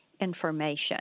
information